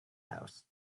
house